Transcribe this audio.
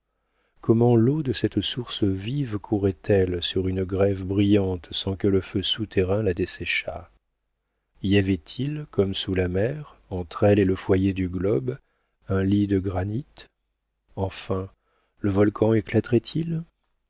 comment l'eau de cette source vive courait elle sur une grève brillante sans que le feu souterrain la desséchât y avait-il comme sous la mer entre elle et le foyer du globe un lit de granit enfin le volcan